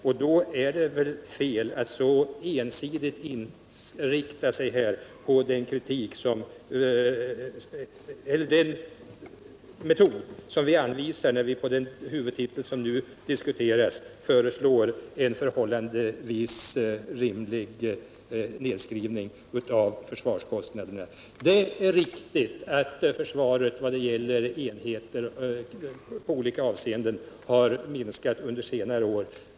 Och då är det väl fel att så ensidigt rikta kritik mot den metod som vi anvisar när vi under den huvudtitel som nu diskuteras föreslår en förhållandevis rimlig nedskrivning av kostnaderna. Det är riktigt att försvaret vad gäller antalet enheter har minskat på senare år.